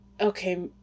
Okay